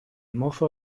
mozo